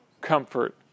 comfort